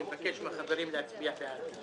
אני מבקש מהחברים להצביע בעד.